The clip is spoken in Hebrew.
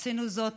עשינו זאת,